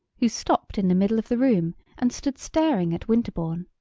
who stopped in the middle of the room and stood staring at winterbourne.